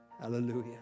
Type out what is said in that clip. Hallelujah